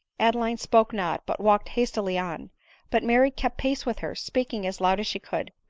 adeline spoke not, but walked hastily on but mary kept pace with her, speaking as loud as she could.